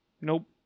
Nope